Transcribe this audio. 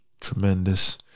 Tremendous